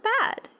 bad